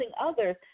others